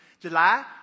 July